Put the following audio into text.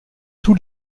tous